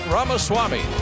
Ramaswamy